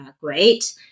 great